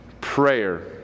prayer